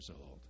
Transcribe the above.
old